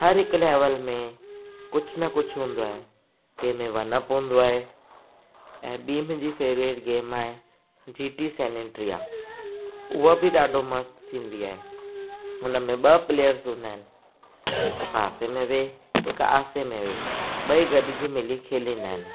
हर हिकु लैवल में कुझु न कुझु हूंदो आहे कंहिंमें वन अप हूंदो आहे ऐं ॿी मुंहिंजी फेवरेट गेम आहे जी टी सैननट्रिया उहो बि ॾाढो मस्तु थींदी आहे हुन में ॿ प्लेयर्स हूंदा आहिनि हिकु पासे में वेहे हिकु आसे में वेह ॿई गॾिजी मिली खेलींदा आहिनि